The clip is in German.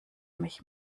mich